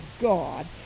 God